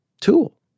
tool